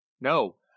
No